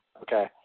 okay